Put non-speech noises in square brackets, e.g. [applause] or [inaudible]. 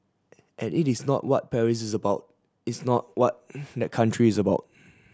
and it is not what Paris is about it's not what [noise] the country is about [noise]